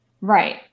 Right